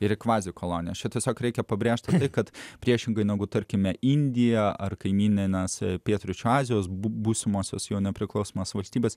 ir į kvazikolonijas čia tiesiog reikia pabrėžti kad priešingai negu tarkime indija ar kaimyninės pietryčių azijos būsimosios jo nepriklausomos valstybės